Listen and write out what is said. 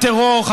חבורת טרור,